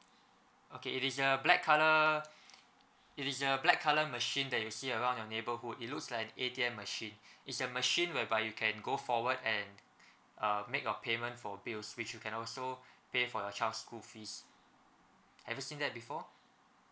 okay it is a black colour it is a black colour machine that you see around your neighborhood it looks like ATM machine it's a machine whereby you can go forward and uh make your payment for bills which you can also pay for your child school fees have you seen that before